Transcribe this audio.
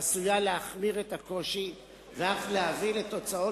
עשויה להחמיר את הקושי ואף להביא לתוצאות